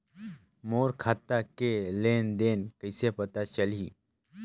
मोर खाता के लेन देन कइसे पता चलही?